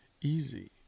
Easy